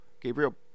gabriel